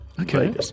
Okay